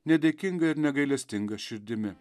nedėkinga ir negailestinga širdimi